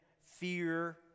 fear